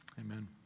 amen